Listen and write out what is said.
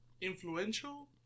influential